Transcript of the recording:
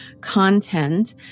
content